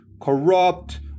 corrupt